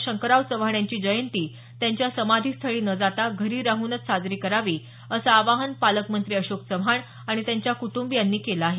शंकरराव चव्हाण यांची जयंती त्यांच्या समाधीस्थळी न जाता घरी राहनच साजरी करावी असं आवाहन पालकमंत्री अशोक चव्हाण आणि त्यांच्या कुटुंबियांनी केलं आहे